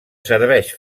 serveix